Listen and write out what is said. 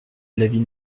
l’avis